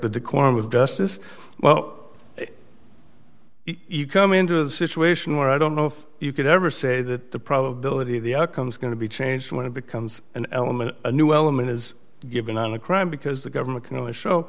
the decorum with justice well you come into a situation where i don't know if you could ever say that the probability of the outcomes going to be changed when it becomes an element new element is given on a crime because the government can only show